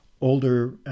Older